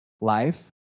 life